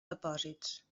depòsits